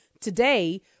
today